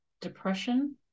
depression